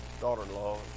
daughter-in-law